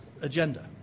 agenda